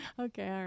okay